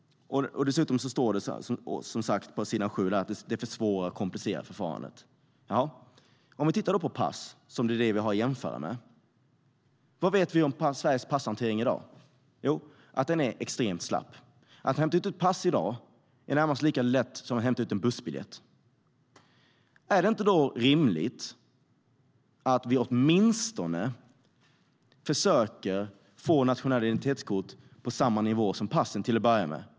Dessutom står det som sagt att det försvårar och komplicerar förfarandet. Jaha? Låt oss då titta på pass, som är det vi har att jämföra med. Vad vet vi om Sveriges passhantering i dag? Jo, att den är extremt slapp. Att hämta ut ett pass är i dag nästan lika lätt som att hämta ut en bussbiljett. Är det inte rimligt att vi åtminstone försöker få nationella identitetskort på samma nivå som passen - till att börja med?